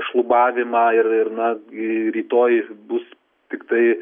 šlubavimą ir ir na rytoj bus tiktai